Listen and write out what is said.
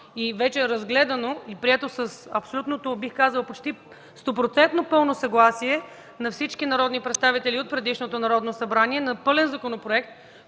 и вече разгледан и приет с абсолютното, бих казала, почти сто процента пълно съгласие на всички народни представители от предишното Народно събрание на пълен законопроект,